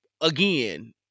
again